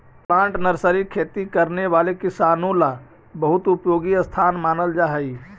plant nursery खेती करने वाले किसानों ला बहुत उपयोगी स्थान मानल जा हई